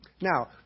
Now